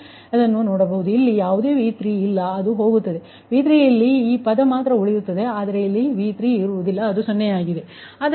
ನೀವು ನೋಡುತ್ತೀರಿ ಇಲ್ಲಿ ಯಾವುದೇ V3 ಇಲ್ಲ ಅದು ಹೋಗುತ್ತದೆ V3 ಇಲ್ಲಿದೆ ಈ ಪದ ಮಾತ್ರ ಇರುತ್ತದೆ ಆದರೆ ಇಲ್ಲಿ V3 ಇಲ್ಲ ಇದು ಸೊನ್ನೆ ಆಗಿರುತ್ತದೆ